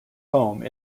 home